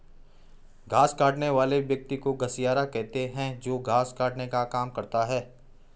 घास काटने वाले व्यक्ति को घसियारा कहते हैं जो घास काटने का काम करता है